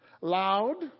loud